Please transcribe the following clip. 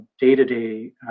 day-to-day